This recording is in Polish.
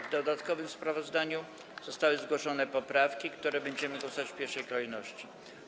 W dodatkowym sprawozdaniu zostały zgłoszone poprawki, nad którymi będziemy głosować w pierwszej kolejności.